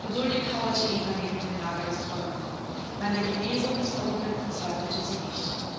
geduldig kauerte eva neben dem lager des träumenden an der genesung des verwundeten zweifelte sie nicht